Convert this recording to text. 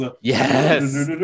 yes